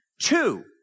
Two